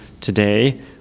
today